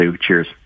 Cheers